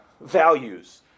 values